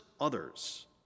others